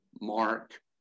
Mark